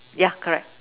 yeah correct